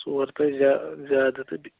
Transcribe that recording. ژور تہہ زیا زیادٕ تہٕ